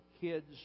kids